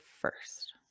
first